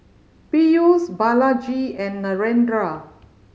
Peyush Balaji and Narendra